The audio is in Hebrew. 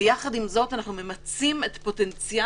ויחד עם זאת אנחנו ממצים את פוטנציאל